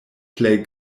plej